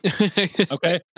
okay